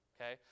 okay